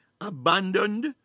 abandoned